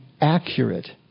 accurate